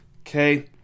Okay